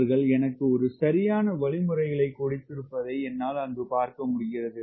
அவர்கள் எனக்கு சரியான வழிமுறைகளை கொடுத்திருப்பதை என்னால் பார்க்க முடிகிறது